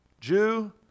Jew